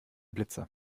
blitzer